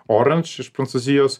orandž iš prancūzijos